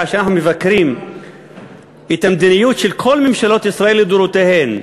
שאנחנו מבקרים את המדיניות של כל ממשלות ישראל לדורותיהן,